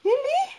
really